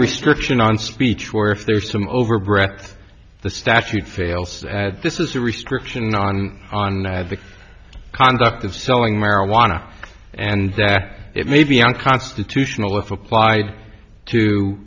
restriction on speech where if there is some over breath the statute fails this is a restriction on on the conduct of selling marijuana and it may be unconstitutional if applied to